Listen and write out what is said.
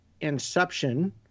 Inception